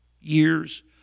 Years